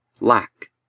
lack